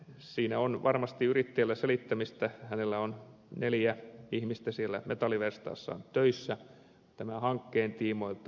siinä on varmasti yrittäjällä selittämistä kun hänellä on neljä ihmistä siellä metalliverstaassaan töissä tämän hankkeen tiimoilta